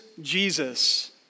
Jesus